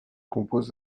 compose